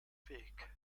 weg